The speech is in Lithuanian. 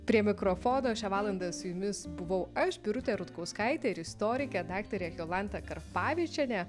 prie mikrofono šią valandą su jumis buvau aš birutė rutkauskaitė ir istorikė daktarė jolanta karpavičienė